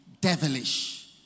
devilish